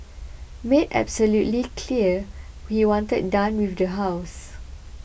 made absolutely clear what he wanted done with the house